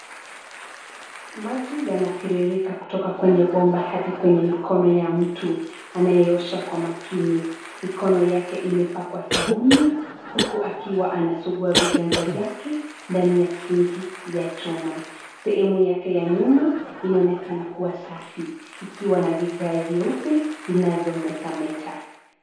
Maji yanatiririka kutoka kwenye bomba hadi kwenye mikono ya mtu anayeosha kwa makini. Mikono yake imepakwa sabuni huku akiwa anasugua viganja vyake ndani ya sinki ya chuma. Sehemu yake ya nyuma inaonekana kuwa safi ikiwa na vigae vyeupe vinavyo metameta.